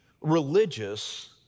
religious